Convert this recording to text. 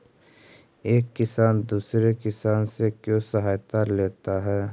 एक किसान दूसरे किसान से क्यों सहायता लेता है?